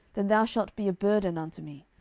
then thou shalt be a burden unto me